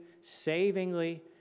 savingly